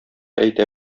әйтә